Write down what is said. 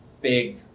big